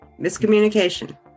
Miscommunication